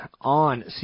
on